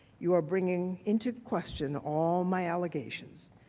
you are bringing into question all my allegations.